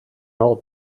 old